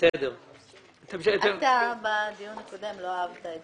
יצטרכו לשנות את